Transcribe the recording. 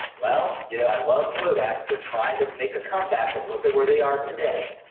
well, you know i love kodak. they're trying to make a comeback but look at where they are today.